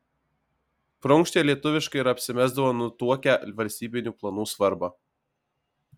prunkštė lietuviškai ir apsimesdavo nutuokią valstybinių planų svarbą